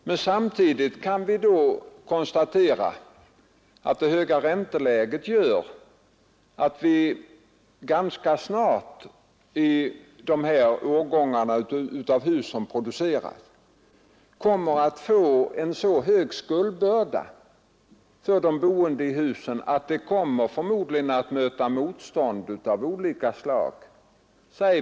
Men samtidigt kan vi konstatera att det höga ränteläget gör att man ganska snart i de hus som produceras med paritetslån kommer att få en så stor skuldbörda för de boende att det förmodligen kommer att bli motstånd av olika slag.